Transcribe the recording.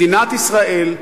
מדינת ישראל,